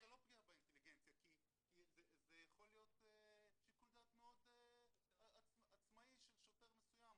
זו לא פגיעה כי זה יכול להיות שיקול דעת מאוד עצמאי של שוטר מסוים,